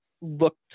look